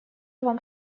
вам